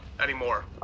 anymore